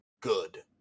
good